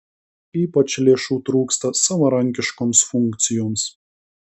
ypač lėšų trūksta savarankiškoms funkcijoms